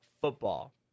football